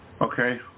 Okay